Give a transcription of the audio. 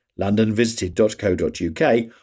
londonvisited.co.uk